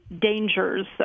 dangers